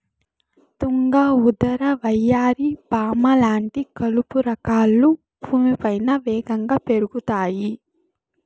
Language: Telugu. తుంగ, ఉదర, వయ్యారి భామ లాంటి కలుపు రకాలు భూమిపైన వేగంగా పెరుగుతాయి